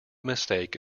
mistake